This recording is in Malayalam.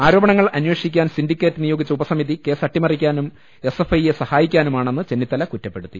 ആരോപണങ്ങൾ അന്വേഷിക്കാൻ സിൻഡിക്കേറ്റ് നിയോഗിച്ച ഉപസമിതി കേസ് അട്ടിമറിക്കാനും എസ് എഫ് ഐയെ സഹാ യിക്കാനുമാണെന്ന് ചെന്നിത്തല കുറ്റപ്പെടുത്തി